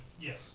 Yes